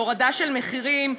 על הורדה של מחירים,